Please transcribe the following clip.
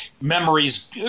memories